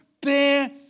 Bear